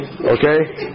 Okay